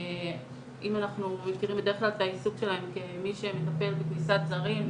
אם אנחנו מכירים בדרך כלל את העיסוק שלהם כמי שמטפל בקליטת זרים,